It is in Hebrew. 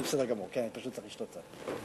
אני בסדר גמור, אני פשוט צריך לשתות קצת.